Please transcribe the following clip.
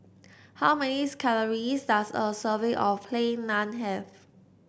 how many calories does a serving of Plain Naan have